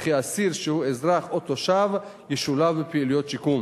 וכי אסיר שהוא אזרח או תושב ישולב בפעילויות שיקום